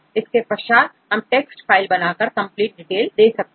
इसके पश्चात हम टेक्स्ट फाइल बनाकर कंप्लीट डिटेल दे सकते हैं